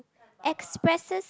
expresses